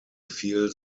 feel